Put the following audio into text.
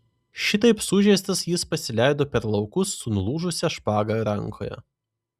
šitaip sužeistas jis pasileido per laukus su nulūžusia špaga rankoje